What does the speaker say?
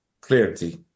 clarity